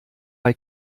bei